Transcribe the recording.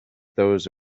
those